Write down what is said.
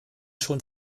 schon